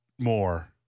more